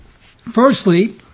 Firstly